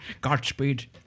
Godspeed